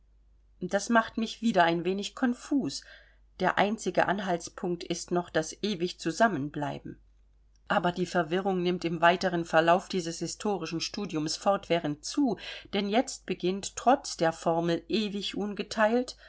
das macht mich wieder ein wenig konfus der einzige anhaltspunkt ist noch das ewig zusammenbleiben aber die verwirrung nimmt im weiteren verlauf dieses historischen studiums fortwährend zu denn jetzt beginnt trotz der formel ewig ungeteilt